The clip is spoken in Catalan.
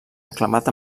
aclamat